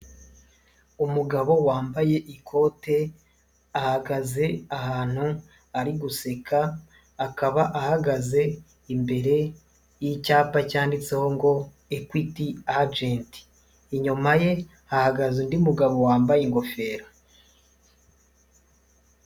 Umugabo wambaye ikote, ahagaze ahantu ari guseka, akaba ahagaze imbere y'icyapa cyanditseho ngo equit: "Ekwiti ageti". Inyuma ye ahagaze undi mugabo wambaye ingofero.